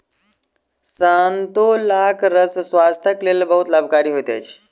संतोलाक रस स्वास्थ्यक लेल बहुत लाभकारी होइत अछि